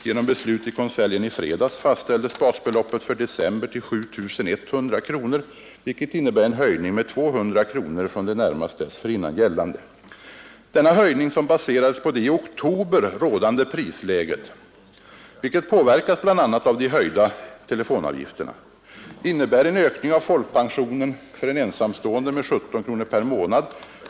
Genom beslut i konseljen i fredags faställdes basbeloppet för december till 7 100 kronor, vilket innebar en höjning med 200 kronor av det belopp som gällde närmast dessförinnan. Denna höjning baseras på det i oktober rådande prisläget, vilket påverkades bl.a. av de höjda telefonavgifterna, och innebär en höjning av folkpensionen för en ensamstående med 17 kronor per månad.